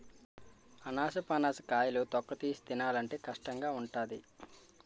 అనాసపనస కాయలు తొక్కతీసి తినాలంటే కష్టంగావుంటాది